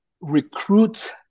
recruit